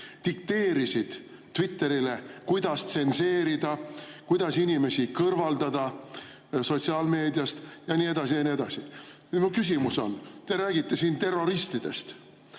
dikteerisid Twitterile, kuidas tsenseerida, kuidas inimesi kõrvaldada sotsiaalmeediast ja nii edasi ja nii edasi. Nüüd mu küsimus on. Te räägite terroristidest.